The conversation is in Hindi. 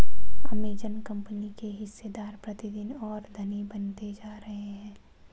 अमेजन कंपनी के हिस्सेदार प्रतिदिन और धनी बनते जा रहे हैं